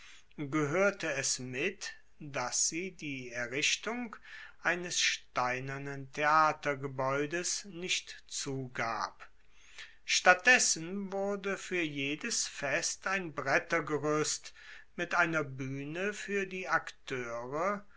gehoerte es mit dass sie die errichtung eines steinernen theatergebaeudes nicht zugab statt dessen wurde fuer jedes fest ein brettergeruest mit einer buehne fuer die akteure